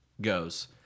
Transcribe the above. goes